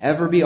ever be